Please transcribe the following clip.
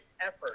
effort